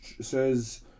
says